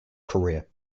career